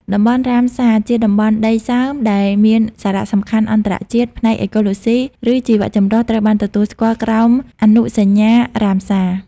តំបន់រ៉ាមសារ ជាតំបន់ដីសើមដែលមានសារៈសំខាន់អន្តរជាតិផ្នែកអេកូឡូស៊ី ឬជីវៈចម្រុះ ត្រូវបានទទួលស្គាល់ក្រោមអនុសញ្ញារ៉ាមសារ។